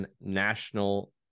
national